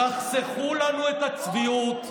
תחסכו לנו את הצביעות,